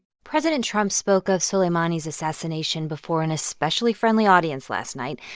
president trump spoke of soleimani's assassination before an especially friendly audience last night,